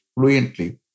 fluently